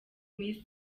miss